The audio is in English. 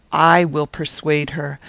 i will persuade her.